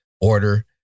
order